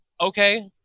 okay